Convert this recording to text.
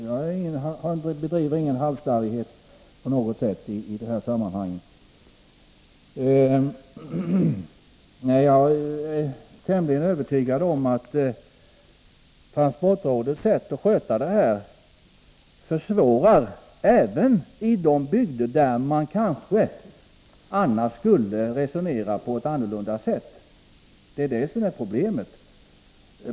Jag vill inte på något sätt ge uttryck för halsstarrighet i detta sammanhang. Men jag är tämligen övertygad om att transportrådets sätt att sköta det här ärendet försvårar handläggningen även i de bygder där man kanske annars skulle resonera på ett annat sätt. Det är det som är problemet.